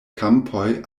kampoj